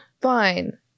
Fine